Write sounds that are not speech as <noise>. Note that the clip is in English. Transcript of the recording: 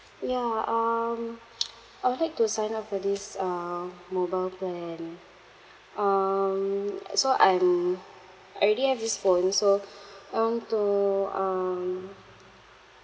ya um <noise> I would like to sign up for this uh mobile plan um so I'm I already have this phone so I want to um